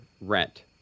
rent